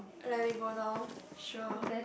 oh let me go now sure